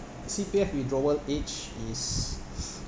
C_P_F withdrawal age is